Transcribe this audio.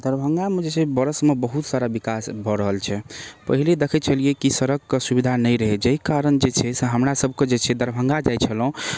दरभङ्गामे जे छै से बरसमे बहुत सारा विकास भऽ रहल छै पहिले देखै छलिए कि सड़कके सुविधा नहि रहै जाहि कारण जे छै से हमरासभके जे छै दरभङ्गा जाइ छलहुँ